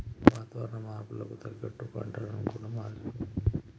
వాతావరణ మార్పులకు తగ్గట్టు పంటలను కూడా మార్చుకోవాలి